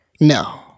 No